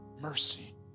Mercy